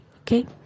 okay